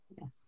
Yes